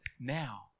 now